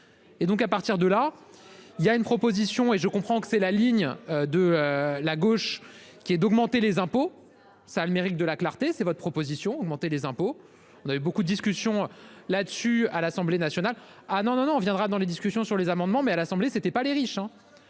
Et donc à partir de là il y a une proposition et je comprends que c'est la ligne de la gauche qui est d'augmenter les impôts. Ça a le mérite de la clarté, c'est votre proposition, augmenter les impôts. On avait beaucoup d'discussion là-dessus à l'Assemblée nationale. Ah non non non on viendra dans les discussions sur les amendements mais à l'Assemblée, c'était pas les riches